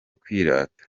kwirata